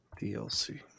DLC